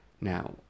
now